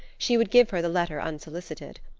she would give her the letter unsolicited.